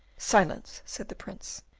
silence! said the prince.